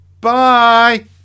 bye